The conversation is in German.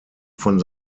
von